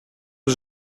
was